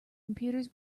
computers